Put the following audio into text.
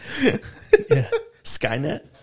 Skynet